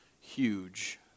huge